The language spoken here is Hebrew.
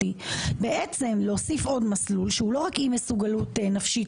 בעצם להוסיף עוד מסלול שהוא לא רק אי מסוגלות נפשית